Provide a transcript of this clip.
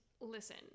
listen